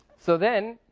so then,